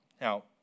Now